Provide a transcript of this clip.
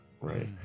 right